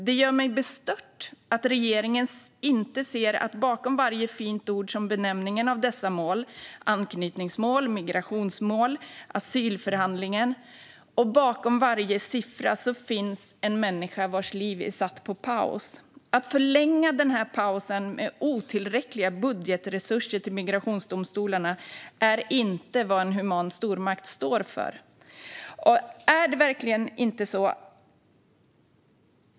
Det gör mig bestört att regeringen inte ser att bakom varje fint ord som benämner dessa mål - anknytningsmål, migrationsmål, asylförhandling - och bakom varje siffra finns en människa vars liv är satt på paus. Att förlänga pausen med otillräckliga budgetresurser till migrationsdomstolarna är inte vad en human stormakt står för.